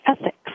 Ethics